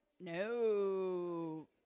No